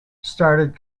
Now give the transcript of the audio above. started